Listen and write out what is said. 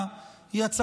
הייתי אומר,